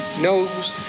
knows